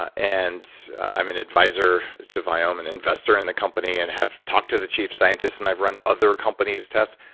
ah and i'm an advisor to viome, and investor in the company, and have talked to the chief scientist and i've run other company's tests.